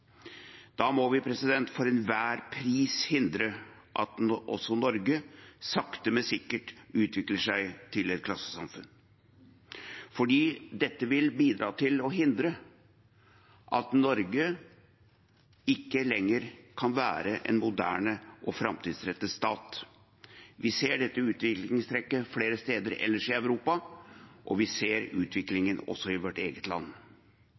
Da må vi for enhver pris hindre at også Norge sakte, men sikkert utvikler seg til et klassesamfunn, for det vil bidra til at Norge ikke lenger kan være en moderne og framtidsrettet stat. Vi ser dette utviklingstrekket flere steder ellers i Europa, og vi ser utviklingen også i vårt eget land.